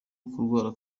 kurwara